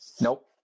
Nope